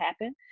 happen